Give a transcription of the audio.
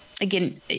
again